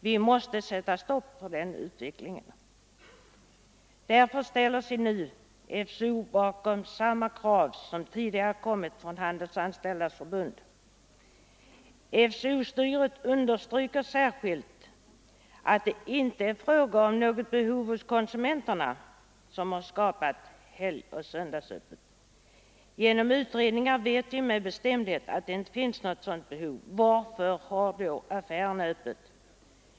Vi måste sätta stopp för den utvecklingen. Därmed ställer sig nu FCO bakom samma krav som tidigare kommit från Handelsanställdas förbund. ——— FCO-styret understryker särskilt, att det inte är fråga om något behov hos konsumenterna, som skapat helgoch söndagsöppet. Genom utredningar vet vi med bestämdhet att det inte finns något sådant behov. Varför har då affärerna öppet?